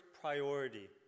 priority